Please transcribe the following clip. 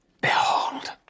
Behold